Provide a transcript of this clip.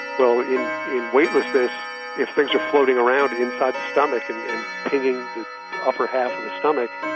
well, in in weightlessness if things are floating around inside the stomach and and pinging the upper half of the stomach,